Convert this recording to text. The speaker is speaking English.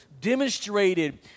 demonstrated